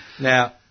Now